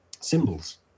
symbols